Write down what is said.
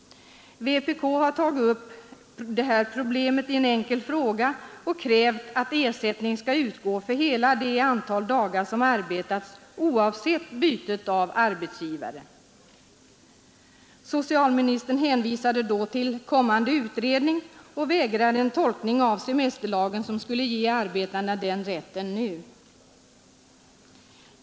Vpk har tagit upp detta problem i en enkel fråga och krävt att ersättning skall utgå för hela det antal dagar som arbetats, oavsett byte av arbetsgivare. Socialministern hänvisade då till kommande utredning och vägrade att göra en tolkning av semesterlagen, som skulle ge arbetarna den rätten nu.